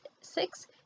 six